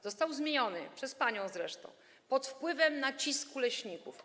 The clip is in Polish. Został zmieniony - przez panią zresztą - pod wpływem nacisku leśników.